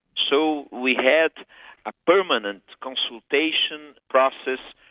so we had a permanent consultation process,